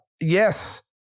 yes